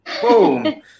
Boom